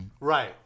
Right